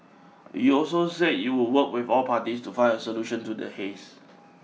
it also said it would work with all parties to find a solution to the haze